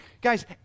guys